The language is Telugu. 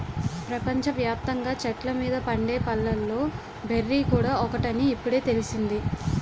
ప్రపంచ వ్యాప్తంగా చెట్ల మీద పండే పళ్ళలో బెర్రీ కూడా ఒకటని ఇప్పుడే తెలిసింది